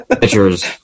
pitchers